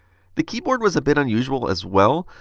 the keyboard was a bit unusual as well.